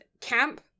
Camp